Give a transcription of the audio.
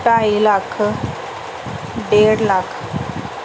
ਢਾਈ ਲੱਖ ਡੇਢ ਲੱਖ